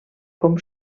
com